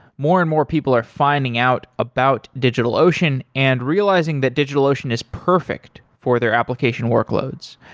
more and more people are finding out about digitalocean and realizing that digitalocean is perfect for their application workloads.